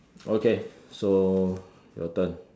okay so your turn